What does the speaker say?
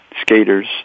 skaters